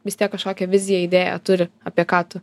vis tiek kažkokią viziją idėją turi apie ką tu